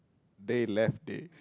dey left dey